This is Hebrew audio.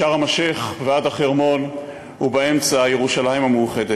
משארם-א-שיח' ועד החרמון, ובאמצע ירושלים המאוחדת.